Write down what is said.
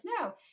No